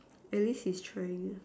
at least he's trying